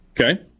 Okay